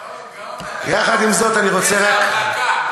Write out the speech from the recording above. גאון, גאון אתה, איזו הברקה.